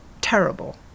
terrible